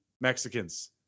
Mexicans